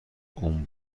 اون